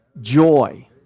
joy